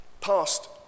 past